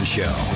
Show